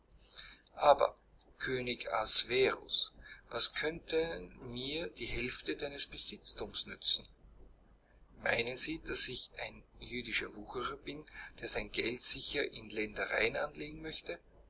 aber könig ahasverus was könnte mir die hälfte deines besitztums nützen meinen sie daß ich ein jüdischer wucherer bin der sein geld sicher in ländereien anlegen möchte